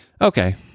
Okay